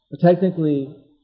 technically